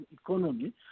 economy